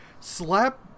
Slap